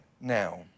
now